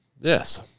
Yes